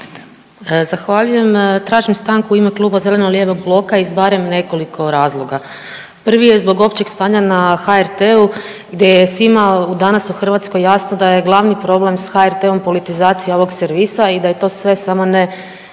Zahvaljujem. Tražim stanku u ime kluba Zeleno-lijevog bloka iz barem nekoliko razloga. Prvi je zbog općeg stanja na HRT-u gdje je svima danas u Hrvatskoj jasno da je glavni problem sa HRT-om politizacija ovog servisa i da je to sve samo ne